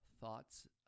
thoughts